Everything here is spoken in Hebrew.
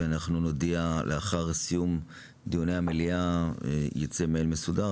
ולאחר סיום דיוני המליאה יצא מייל מסודר,